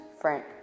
Frank